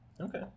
Okay